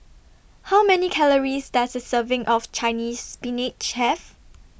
How Many Calories Does A Serving of Chinese Spinach Have